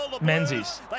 Menzies